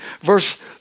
verse